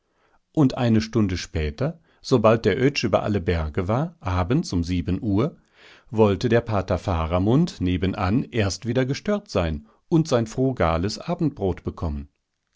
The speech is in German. und eine stunde später sobald der oetsch über alle berge war abends um sieben uhr wollte der pater faramund nebenan erst wieder gestört sein und ein frugales abendbrot bekommen